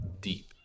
deep